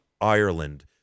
Ireland